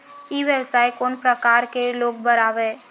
ई व्यवसाय कोन प्रकार के लोग बर आवे?